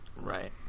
Right